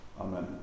Amen